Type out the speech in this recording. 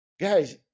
guys